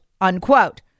unquote